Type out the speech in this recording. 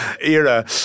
era